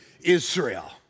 Israel